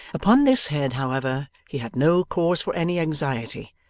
upon this head, however, he had no cause for any anxiety,